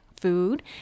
food